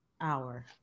Hour